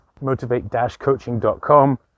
motivate-coaching.com